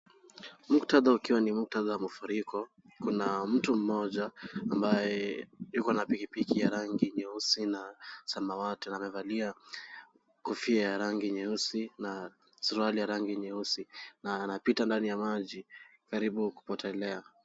Muktadha ukiwa ni muktadha ya mafariko. Kuna mtu mmoja ambaye yuko na pikipiki ya rangi nyeusi na samawati, anamevalia kofia ya rangi nyeusi na suruali ya rangi nyeusi, na anapita ndani ya maji karibu kupotelea.